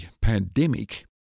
pandemic